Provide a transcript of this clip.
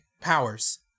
Powers